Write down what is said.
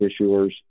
issuers